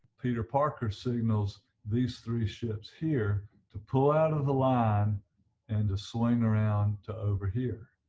peter parker signals these three ships here to pull out of the line and to swing around to over here